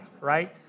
right